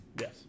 Yes